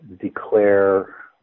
declare